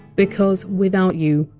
because without you,